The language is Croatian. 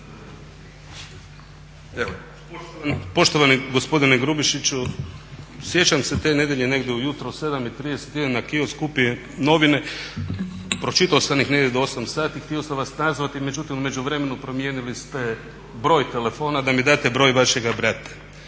Poštovani gospodine Grubišiću, sjećam se te nedjelje negdje ujutro, 7:30, idem na kiosk, kupim novine, pročitao sam ih negdje do 8 sati, htio sam vas nazvati, međutim u međuvremenu promijenili ste broj telefona da mi date broj vašega brata.